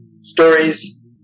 stories